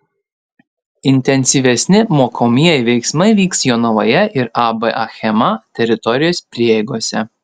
intensyvesni mokomieji veiksmai vyks jonavoje ir ab achema teritorijos prieigose